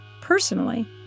personally